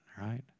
right